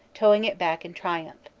towing it back in triumph.